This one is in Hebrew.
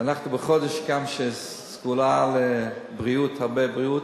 ואנחנו גם בחודש של סגולה לבריאות, הרבה בריאות,